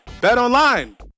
BetOnline